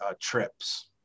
trips